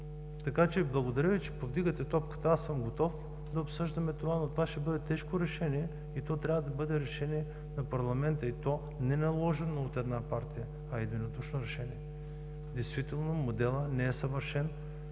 Така че благодаря Ви, че повдигате топката. Аз съм готов да го обсъждаме, но това ще бъде тежко решение, трябва да бъде решение на парламента, и то не наложено от една партия, а единодушно решение. Действително моделът не е съвършен